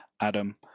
Adam